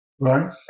Right